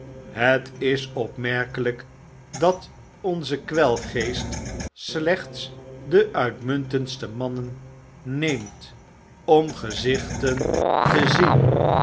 het is opmerkelyk dat onze kwelgeest slechts de uitmuntendste mannen heemt om gezichten te zien